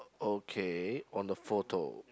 okay on the photo